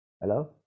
hello